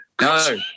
No